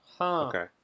okay